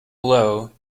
blow